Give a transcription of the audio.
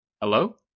Hello